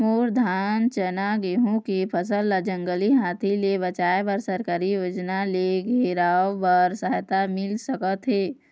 मोर धान चना गेहूं के फसल ला जंगली हाथी ले बचाए बर सरकारी योजना ले घेराओ बर सहायता मिल सका थे?